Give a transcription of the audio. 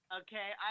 okay